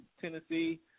Tennessee